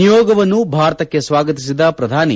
ನಿಯೋಗವನ್ನು ಭಾರತಕ್ಕೆ ಸ್ನಾಗತಿಸಿದ ಪ್ರಧಾನಿ